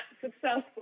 successful